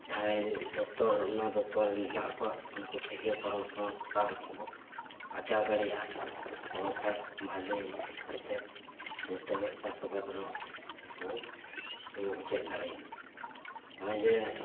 ᱡᱟᱦᱟᱸᱭ ᱫᱚᱯᱛᱚᱨ ᱚᱱᱟ ᱫᱚᱯᱛᱚᱨ ᱨᱮᱱ ᱦᱮᱱᱟᱜ ᱠᱚᱣᱟ ᱩᱱᱠᱩᱴᱷᱮᱱ ᱜᱮ ᱯᱚᱨᱟᱢᱚᱨᱥᱚ ᱦᱟᱛᱟᱣ ᱠᱟᱛᱮᱜ ᱵᱚ ᱟᱨᱡᱟᱣ ᱫᱟᱲᱮᱭᱟᱜᱼᱟ ᱛᱚᱵᱮ ᱠᱷᱟᱱ ᱵᱷᱟᱞᱮ ᱠᱷᱚᱱ ᱛᱮ ᱡᱚᱛᱚ ᱜᱮ ᱪᱟᱥ ᱟᱵᱟᱫᱽ ᱨᱮᱦᱚᱸ ᱵᱚ ᱛᱤᱸᱜᱩ ᱠᱮᱴᱮᱡ ᱫᱟᱲᱮᱭᱟᱜᱼᱟ ᱱᱚᱜᱼᱚᱭ ᱡᱮ